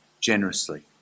generously